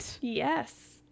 yes